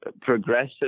progressive